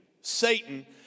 Satan